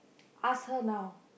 ask her now